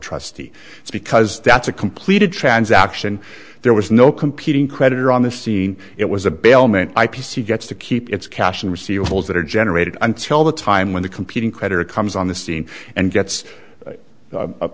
trustee because that's a completed transaction there was no competing creditor on the scene it was a bailment i p c gets to keep its cash and receivables that are generated until the time when the competing creditor comes on the scene and gets